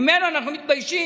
ממנו אנחנו מתביישים.